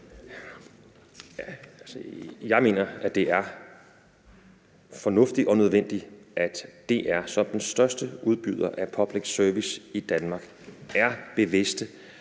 Jeg mener, at det er fornuftigt og nødvendigt, at DR som den største udbyder af public service i Danmark er bevidste